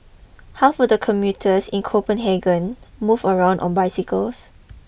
half of the commuters in Copenhagen move around on bicycles